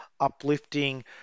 uplifting